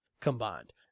combined